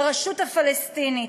ברשות הפלסטינית,